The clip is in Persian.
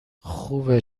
خوبه